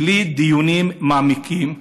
בלי דיונים מעמיקים.